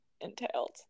entailed